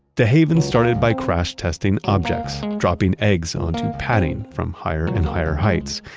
dehaven started by crash testing objects, dropping eggs onto padding from higher and higher heights.